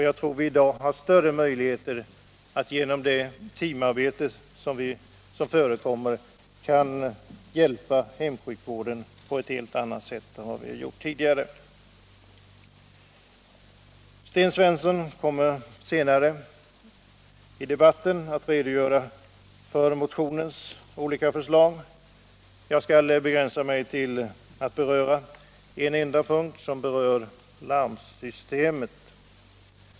Jag tror att vi i dag har bättre möjligheter, genom det teamarbete som förekommer, att ge hemsjukvården en mera vårdande uppgift än vad vi haft tidigare. Min medmotionär Sten Svensson kommer senare i debatten att närmare redogöra för motionens förslag. Jag skall därför begränsa mig till en punkt som berör frågan om larmsystem.